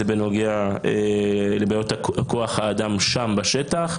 זה בנוגע לבעיות כוח האדם שם בשטח.